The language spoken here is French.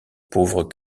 pauvre